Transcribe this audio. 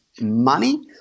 money